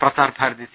Prasar Bharati C